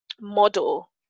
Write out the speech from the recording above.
model